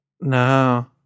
No